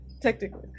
technically